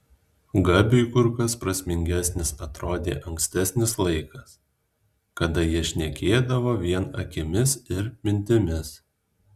gabiui kur kas prasmingesnis atrodė ankstesnis laikas kada jie šnekėdavo vien akimis ir mintimis